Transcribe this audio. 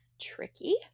tricky